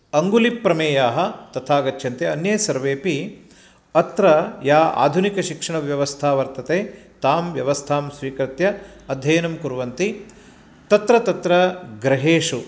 अङ्गुलिप्रमेयाः तथा गच्छन्ति अन्ये सर्वेपि अत्र या आधुनिकशिक्षणव्यवस्था वर्तते तां व्यवस्थां स्वीकृत्य अध्ययनं कुर्वन्ति तत्र तत्र गृहेषु